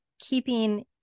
keeping